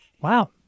Wow